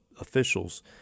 officials